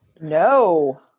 No